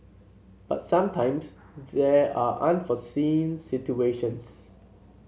but sometimes there are unforeseen situations